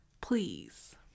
please